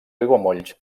aiguamolls